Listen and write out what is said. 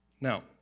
Now